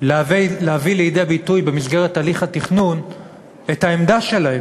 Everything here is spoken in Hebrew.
להביא לידי ביטוי במסגרת הליך התכנון את העמדה שלהם.